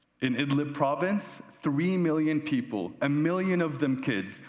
in idlib professions, three million people, a million of them kids,